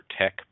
Tech